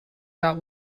that